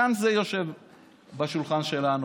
גם זה יושב בשולחן שלנו,